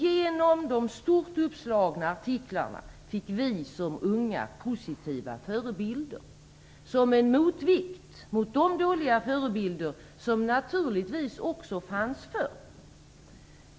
Genom de stort uppslagna artiklarna fick vi som unga positiva förebilder, som en motvikt mot de dåliga förebilder som naturligtvis också fanns förr.